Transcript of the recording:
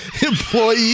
employee